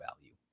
value